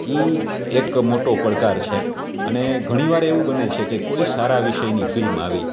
એ એક મોટો પડકાર છે અને ઘણી વાર એવું બને છે કે કોઈ સારા વિષયની ફિલ્મ આવી